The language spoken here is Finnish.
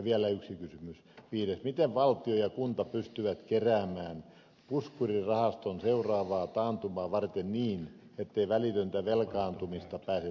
vielä yksi kysymys viides miten valtio ja kunta pystyvät keräämään puskurirahaston seuraavaa taantumaa varten niin ettei välitöntä velkaantumista pääse tapahtumaan